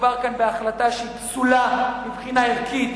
שמדובר כאן בהחלטה שהיא פסולה מבחינה ערכית,